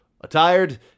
attired